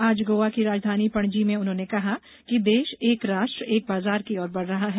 आज गोवा की राजधानी पणजी में उन्होंने कहा कि देश एक राष्ट्र एक बाजार की ओर बढ़ रहा है